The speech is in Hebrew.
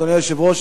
אדוני היושב-ראש,